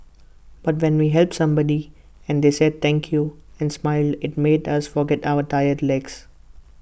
but when we helped somebody and they said thank you and smiled IT made us forget our tired legs